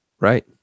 Right